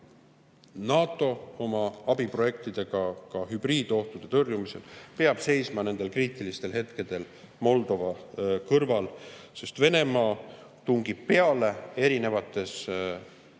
NATO oma abiprojektidega ka hübriidohtude tõrjumisel peavad seisma nendel kriitilistel hetkedel Moldova kõrval, sest Venemaa tungib erinevate